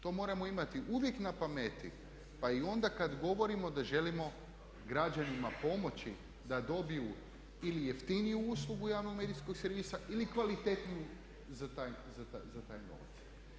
To moramo imati uvijek na pameti pa i onda kad govorimo da želimo građanima pomoći da dobiju ili jeftiniju uslugu javnog medijskog servisa ili kvalitetniju za taj novac.